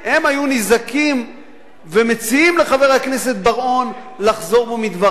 הם היו נזעקים ומציעים לחבר הכנסת בר-און לחזור בו מדבריו,